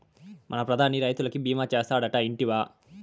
మన ప్రధాని రైతులకి భీమా చేస్తాడటా, ఇంటివా